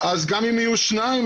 אז גם אם יהיו שניים,